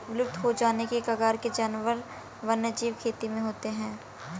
विलुप्त हो जाने की कगार के जानवर वन्यजीव खेती में होते हैं